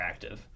interactive